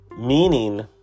Meaning